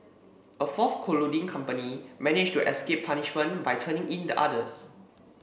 a fourth colluding company managed to escape punishment by turning in the others